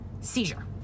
seizure